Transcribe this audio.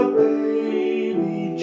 baby